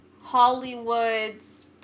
Hollywood's